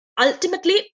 ultimately